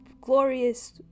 glorious